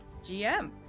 GM